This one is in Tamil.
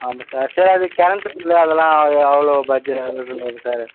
ஆமாம் சார் சரி அதுக்கு கரண்ட்டு பில்லு அதெல்லாம் ஓ எவ்வளோ பட்ஜெ